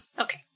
Okay